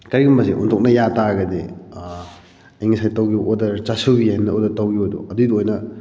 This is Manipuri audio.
ꯀꯔꯤꯒꯨꯝꯕꯁꯤ ꯑꯣꯟꯊꯣꯛꯅꯕ ꯌꯥꯇꯥꯔꯒꯗꯤ ꯑꯩꯅ ꯉꯁꯥꯏ ꯇꯧꯈꯤꯕ ꯑꯣꯗꯔ ꯆꯥꯁꯨꯕꯤ ꯍꯥꯏꯅ ꯑꯣꯗꯔ ꯇꯧꯈꯤꯕꯗꯣ ꯑꯗꯨꯒꯤꯗꯨ ꯑꯣꯏꯅ